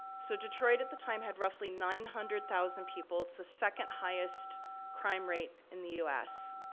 so, detroit at the time had roughly nine hundred thousand people, it's the second highest crime rate in the u s,